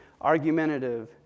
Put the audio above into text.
argumentative